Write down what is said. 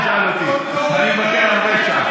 אל תשאל אותי, אני מבקר הרבה שם.